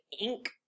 ink